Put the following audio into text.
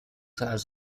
has